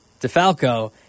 DeFalco